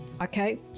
Okay